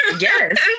Yes